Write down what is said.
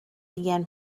began